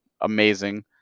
amazing